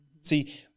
See